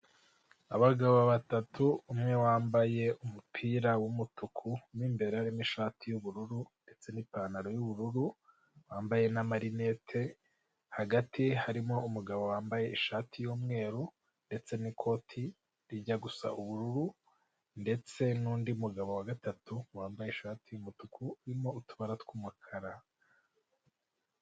Abagabo batatu umwe wambaye umupira w'umutuku mo imbere harimo ishati y'ubururu ndetse n'ipantaro y'ubururu, wambaye n'amarinete, hagati harimo umugabo wambaye ishati y'umweru ndetse n'ikoti rijya gusa ubururu ndetse n'undi mugabo wa gatatu wambaye ishati y'umutuku irimo utubara tw'umukara.